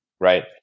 Right